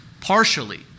partially